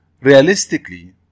Realistically